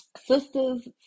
Sisters